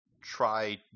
try